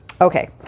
okay